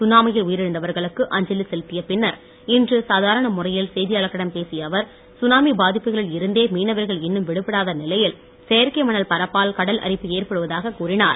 சுனாமியில் உயிரிழந்தவர்களுக்கு அஞ்சலி செலுத்திய பின்னர் இன்று சாதாரண முறையில் செய்தியாளர்களிடம் பேசிய அவர் சுனாமி பாதிப்புகளில் இருந்தே மீனவர்கள் இன்னும் விடுபடாத நிலையில் செயற்கை மணல் பரப்பால் கடல்அரிப்பு ஏற்படுவதாக கூறினார்